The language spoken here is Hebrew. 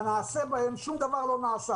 שום דבר לא ניתן,